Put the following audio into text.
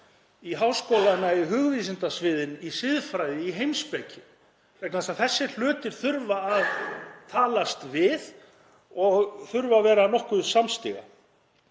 í háskólana, í hugvísindasviðin, í siðfræði, í heimspeki, vegna þess að þessir hlutir þurfa að talast við og þurfa að vera nokkuð samstiga,